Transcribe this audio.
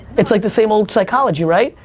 it's like the same old psychology, right?